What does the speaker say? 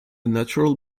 natural